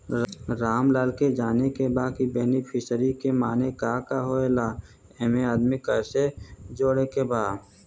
रामलाल के जाने के बा की बेनिफिसरी के माने का का होए ला एमे आदमी कैसे जोड़े के बा?